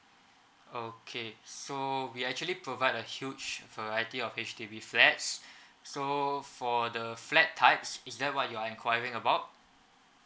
okay so we actually provide a huge variety of H_D_B flats so for the flat types is that what you are enquiring about